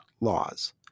laws